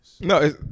No